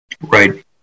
Right